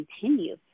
continue